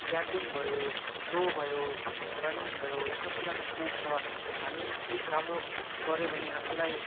javelin भयो throw भयो running भयो यो सबतिर स्कोप छ हामी अलिक राम्रो गर्यो भने हामीलाई हामीले